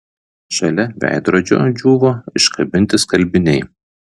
šalia veidrodžio džiūvo iškabinti skalbiniai